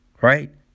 Right